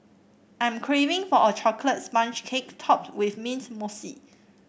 I'm craving for a chocolate sponge cake topped with mint mousse